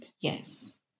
Yes